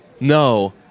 No